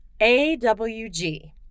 AWG